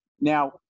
Now